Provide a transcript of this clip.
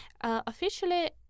officially